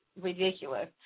ridiculous